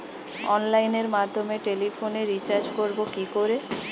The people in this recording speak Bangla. অনলাইনের মাধ্যমে টেলিফোনে রিচার্জ করব কি করে?